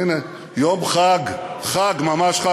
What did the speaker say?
הנה, יום חג, חג, ממש חג.